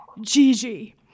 Gigi